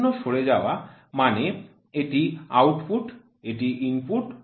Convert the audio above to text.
শূন্য সরে যাওয়া মানে এটি আউটপুট এটি ইনপুট